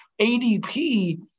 ADP